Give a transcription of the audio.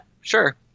sure